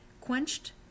quenched